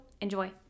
Enjoy